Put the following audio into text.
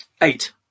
eight